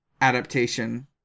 adaptation